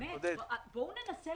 באמת, בואו ננסה